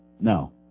no